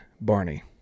Barney